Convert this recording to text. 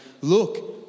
look